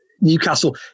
Newcastle